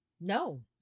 no